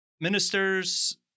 Ministers